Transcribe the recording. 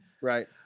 Right